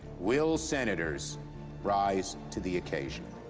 will senators rise to the occasion